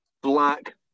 black